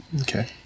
okay